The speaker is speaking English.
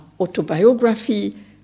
autobiography